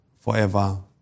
forever